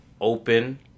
open